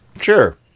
Sure